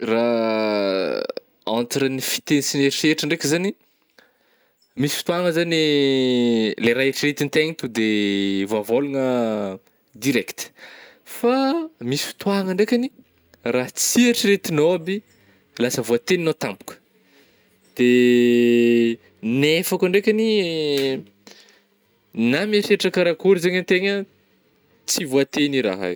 Raha entre ny fiteny sy ny eritreritra ndraika zany, misy fotoagna zany le raha eritreretin'tegna tonga de voavôlagna direct fa misy fotoagna ndraika raha tsy eritreritinao aby lasa voateninao tampoka de nefa koa ndraikany na mieritreritra karakory zegny an-tegna tsy voategny raha io.